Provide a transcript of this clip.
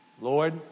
Lord